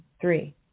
three